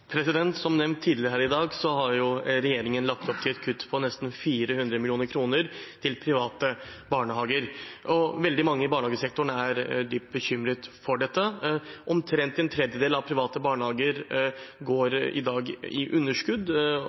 Som nevnt tidligere her i dag, har regjeringen lagt opp til et kutt på nesten 400 mill. kr til private barnehager, og veldig mange i barnehagesektoren er dypt bekymret for dette. Omtrent en tredjedel av private barnehager går i dag med underskudd,